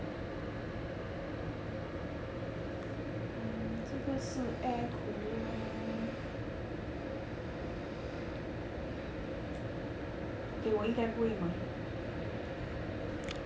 um 这个是 air cooler okay 我应该不会买